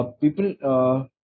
people